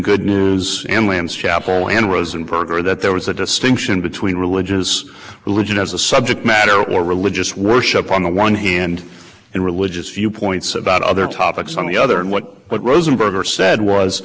good news in lands chapel and rosenberg or that there was a distinction between religious religion as a subject matter or religious worship on the one hand and religious viewpoints about other topics on the other and what what rosenberger said was